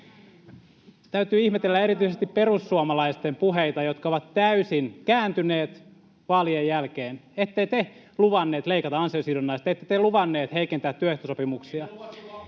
Täytyy ihmetellä erityisesti perussuomalaisten puheita, jotka ovat täysin kääntyneet vaalien jälkeen. Ette te luvanneet leikata ansiosidonnaista. Ette te luvanneet heikentää työehtosopimuksia.